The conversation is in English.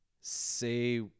say